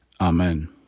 Amen